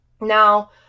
Now